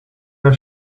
know